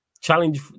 challenge